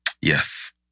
Yes